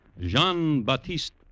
Jean-Baptiste